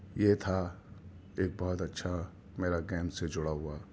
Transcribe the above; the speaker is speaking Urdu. یہ تھا ایک بہت اچھا میرا گیم سے جڑا ہوا